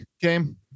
game